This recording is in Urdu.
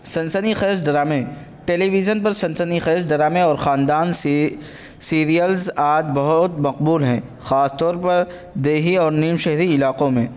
سنسنی خیز ڈرامے ٹیلی ویژن پر سنسنی خیز ڈرامے اور خاندان سی سیریلز آج بہت مقبول ہیں خاص طور پر دیہی اور نیم شہری علاقوں میں